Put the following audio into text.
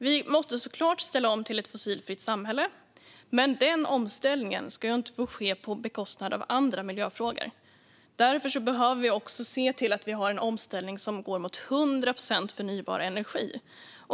Vi måste såklart ställa om till ett fossilfritt samhälle, men den omställningen ska ju inte få ske på bekostnad av andra miljöfrågor. Därför behöver vi se till att vi har en omställning som går mot 100 procent förnybar energi.